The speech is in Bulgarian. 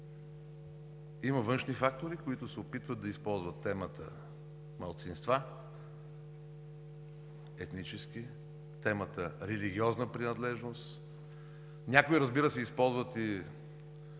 Има външни фактори, които се опитват да използват темата малцинства – етнически, темата религиозна принадлежност, някои, разбира се, използват и